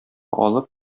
алып